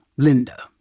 Linda